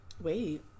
Wait